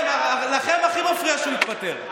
לכם הכי מפריע שהוא התפטר.